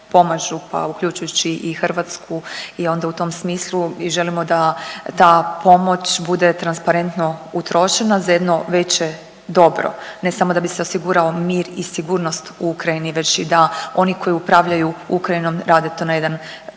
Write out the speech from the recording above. pomažu, pa uključujući i Hrvatsku i onda u tom smislu mi želimo da ta pomoć bude transparentno utrošena za jedno veće dobro, ne samo da bi se osigurao mir i sigurnost u Ukrajini već i da oni koji upravljaju Ukrajinom rade to na jedan